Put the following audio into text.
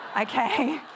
Okay